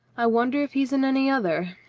i wonder if he is in any other,